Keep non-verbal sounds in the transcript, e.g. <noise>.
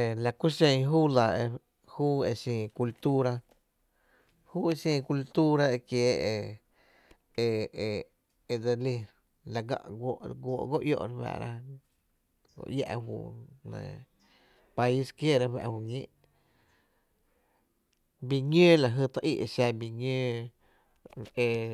E la ku xen júu lⱥ e xin cultuura júu e xin cultura e kiee’ e e <hesitation> e dse lí la gá’ guóo’ go iö’ re fáá’ra go iä’ país kiééra fa’ ju ñíi’ bii ñóo la jy tý í’ e xa bi ñóó la jy tý í’ e xa bii